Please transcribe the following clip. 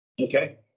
Okay